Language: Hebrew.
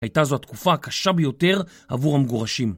הייתה זו התקופה הקשה ביותר עבור המגורשים.